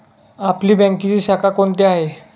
आपली बँकेची शाखा कोणती आहे